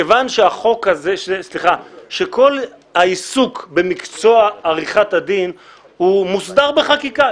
מכיוון שכל העיסוק במקצוע עריכת הדין מוסדר בחקיקה,